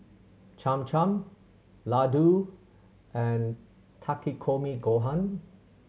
Cham Cham Ladoo and Takikomi Gohan